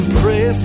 pray